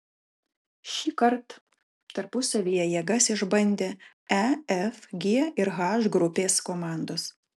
šįkart tarpusavyje jėgas išbandė e f g ir h grupės komandos